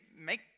make